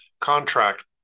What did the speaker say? contract